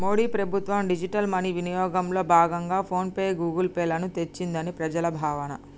మోడీ ప్రభుత్వం digital money వినియోగంలో భాగంగా ఫోన్ పే, గూగుల్ పే లను తెచ్చిందని ప్రజల భావన